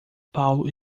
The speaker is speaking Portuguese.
paulo